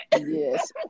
Yes